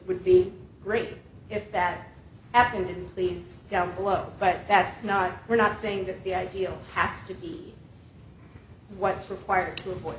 would be great if that happened please down below but that's not we're not saying that the ideal has to be what's required to